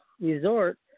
Resort